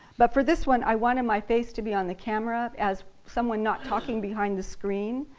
but for this one i wanted my face to be on the camera as someone not talking behind the screen.